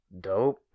Dope